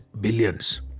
Billions